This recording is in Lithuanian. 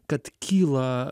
kad kyla